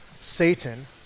Satan